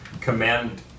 command